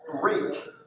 great